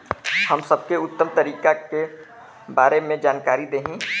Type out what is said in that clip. हम सबके उत्तम तरीका के बारे में जानकारी देही?